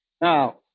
Now